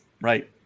Right